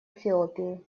эфиопии